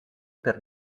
per